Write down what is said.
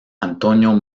antonio